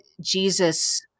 Jesus